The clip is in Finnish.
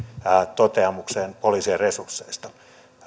toteamukseen poliisien resursseista